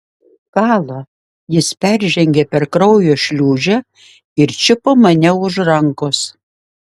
kala jis peržengė per kraujo šliūžę ir čiupo mane už rankos